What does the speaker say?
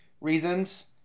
reasons